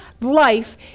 life